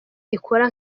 ikora